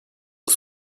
yıl